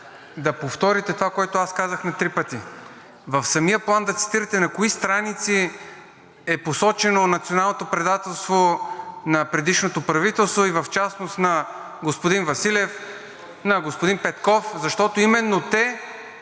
да повторите това, което аз казах на три пъти – в самия План да цитирате на кои страници е посочено националното предателство на предишното правителство и в частност на господин Василев, на господин Петков, защото именно те,